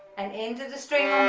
and into the string